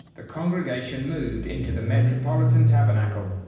the congregation moved into the metropolitan tabernacle.